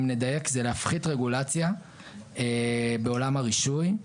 אם נדייק זה להפחית רגולציה בעולם הרישוי.